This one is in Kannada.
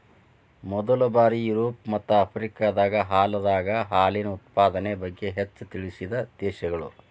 ಮೊದಲ ಬಾರಿ ಯುರೋಪ ಮತ್ತ ಆಫ್ರಿಕಾದಾಗ ಹಾಲಿನ ಉತ್ಪಾದನೆ ಬಗ್ಗೆ ಹೆಚ್ಚ ತಿಳಿಸಿದ ದೇಶಗಳು